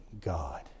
God